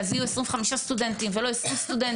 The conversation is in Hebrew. אז יהיו 25 סטודנטים ולא 20 סטודנטים,